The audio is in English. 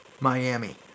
Miami